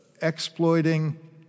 exploiting